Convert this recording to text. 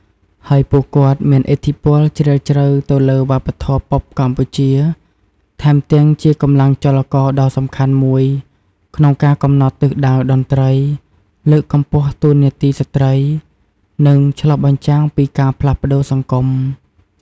ហើយពួកគាត់មានឥទ្ធិពលជ្រាលជ្រៅទៅលើវប្បធម៌ប៉ុបកម្ពុជា ថែមទាំងជាកម្លាំងចលករដ៏សំខាន់មួយក្នុងការកំណត់ទិសដៅតន្ត្រី លើកកម្ពស់តួនាទីស្ត្រី និងឆ្លុះបញ្ចាំងពីការផ្លាស់ប្តូរសង្គម។